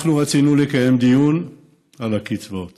אנחנו רצינו לקיים דיון על הקצבאות